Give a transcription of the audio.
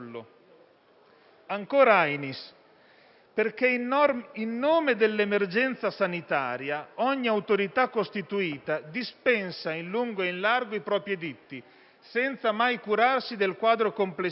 Ancora Ainis: «Perché in nome dell'emergenza sanitaria ogni autorità costituita dispensa in lungo e in largo i propri editti, senza mai curarsi del quadro complessivo.